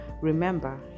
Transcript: remember